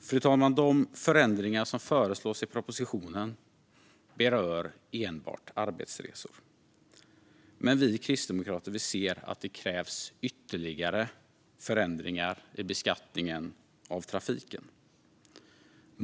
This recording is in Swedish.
Fru talman! De förändringar som föreslås i propositionen berör enbart arbetsresor, men vi kristdemokrater ser att det krävs ytterligare förändringar i beskattningen av trafiken.